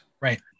Right